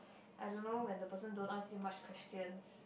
I don't know when the person don't ask you much questions